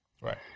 Right